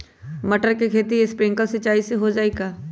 मटर के खेती स्प्रिंकलर सिंचाई से हो जाई का?